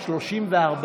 שישה.